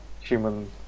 human